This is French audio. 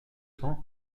cents